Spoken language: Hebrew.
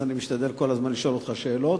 אני משתדל כל הזמן לשאול אותך שאלות.